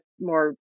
more